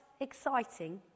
exciting